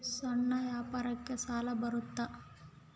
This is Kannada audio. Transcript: ಸಣ್ಣ ವ್ಯಾಪಾರಕ್ಕ ಸಾಲ ಬರುತ್ತಾ?